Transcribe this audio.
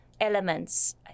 elements